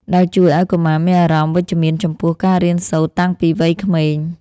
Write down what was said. ដែលជួយឱ្យកុមារមានអារម្មណ៍វិជ្ជមានចំពោះការរៀនសូត្រតាំងពីវ័យក្មេង។